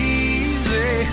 easy